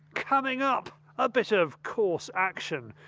coming up a bit of course action.